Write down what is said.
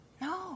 No